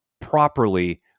properly